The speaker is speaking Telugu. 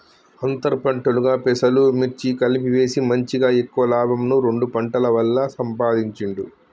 అంతర్ పంటలుగా పెసలు, మిర్చి కలిపి వేసి మంచిగ ఎక్కువ లాభంను రెండు పంటల వల్ల సంపాధించిండు